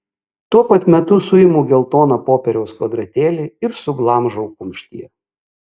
tuo pat metu suimu geltoną popieriaus kvadratėlį ir suglamžau kumštyje